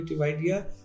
idea